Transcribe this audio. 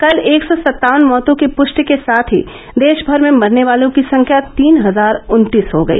कल एक सौ सत्तावन मौतों की पुष्टि के साथ ही देशभर में मरने वालों की संख्या तीन हजार उन्तीस हो गई